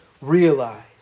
realize